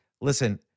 Listen